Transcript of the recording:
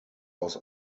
aus